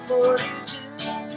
Forty-two